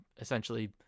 essentially